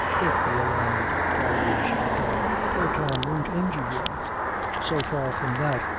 don't be alarmed, darby, she replied, poor tom won't injure you so far from that,